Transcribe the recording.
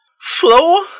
Flow